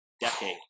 Decade